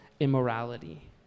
immorality